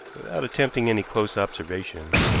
without attempting any close observation,